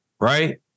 right